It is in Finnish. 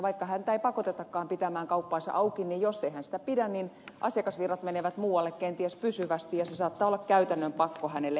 vaikka häntä ei pakotetakaan pitämään kauppaansa auki niin jos hän ei sitä pidä asiakasvirrat menevät muualle kenties pysyvästi ja se saattaa olla käytännön pakko hänelle